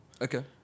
okay